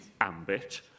ambit